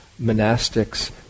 monastics